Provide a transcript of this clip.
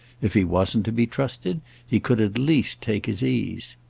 if he wasn't to be trusted he could at least take his ease.